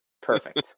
Perfect